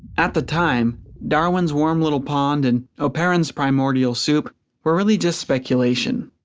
at the time darwin's warm little pond and oparin's primordial soup were really just speculation.